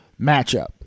matchup